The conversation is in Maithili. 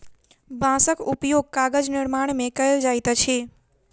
बांसक उपयोग कागज निर्माण में कयल जाइत अछि